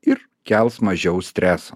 ir kels mažiau streso